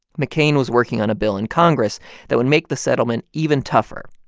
mccain was working on a bill in congress that would make the settlement even tougher.